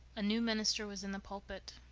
a new minister was in the pulpit.